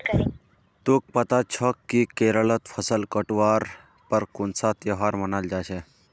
तोक पता छोक कि केरलत फसल काटवार पर कुन्सा त्योहार मनाल जा छे